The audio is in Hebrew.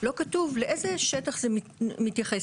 לא כתוב לאיזה שטח זה מתייחס.